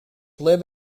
live